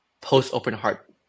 post-open-heart